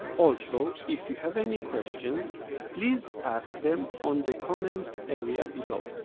also if you have any questions please ask them on the comments area below